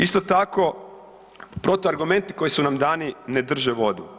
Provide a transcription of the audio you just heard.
Isto tako protuargumenti koji su nam dani ne drže vodu.